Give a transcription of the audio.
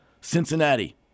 Cincinnati